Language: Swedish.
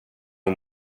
nog